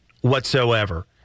whatsoever